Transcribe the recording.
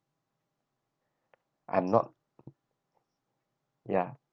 I'm not yeah